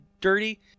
dirty